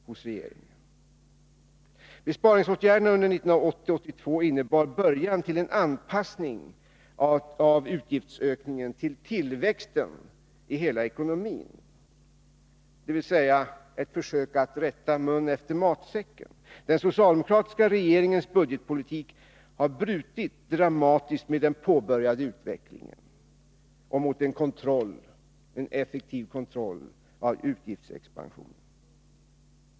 Besparingsåtgärderna under 1980-1982 innebar början till en anpassning av utgiftsökningen till tillväxten i hela ekonomin, dvs. ett försök att rätta mun efter matsäcken. Den socialdemokratiska regeringens budgetpolitik har brutit dramatiskt med den påbörjade utvecklingen mot en effektiv kontroll av utgiftsexpansionen.